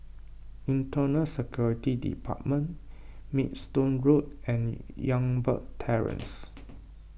Internal Security Department Maidstone Road and Youngberg Terrace